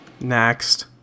Next